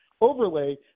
overlay